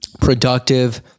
productive